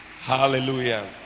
Hallelujah